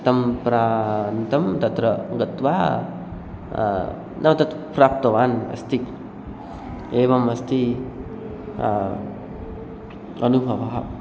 तं प्रान्तं तत्र गत्वा न तत् प्राप्तवान् अस्ति एवम् अस्ति अनुभवः